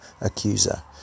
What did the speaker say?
accuser